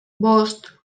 bost